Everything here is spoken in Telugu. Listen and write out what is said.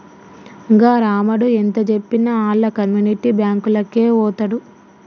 గా రామడు ఎంతజెప్పినా ఆళ్ల కమ్యునిటీ బాంకులకే వోతడు